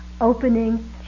opening